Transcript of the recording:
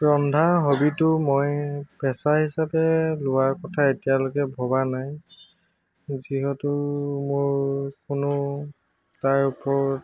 ৰন্ধা হ'বীটো মই পেচা হিচাপে লোৱাৰ কথা এতিয়ালৈকে ভবা নাই যিহেতু মোৰ কোনো তাৰ ওপৰত